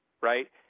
right